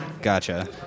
Gotcha